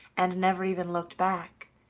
and never even looked back,